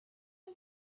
are